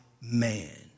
man